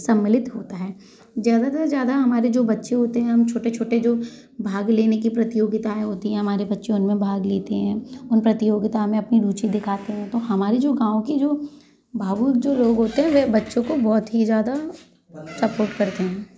सम्मिलित होता है ज़्यादातर ज़्यादा जो हमारे बच्चे होते है छोटे छोटे जो भाग लेने की प्रतियोगिताएँ होती है हमारे बच्चे उनमें भाग लेते है उन प्रतियोगिता में अपनी रूचि दिखाते है तो हमारे जो गाँव के जो जो लोग होते है वे बच्चों को सपोर्ट करते है